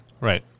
Right